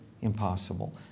impossible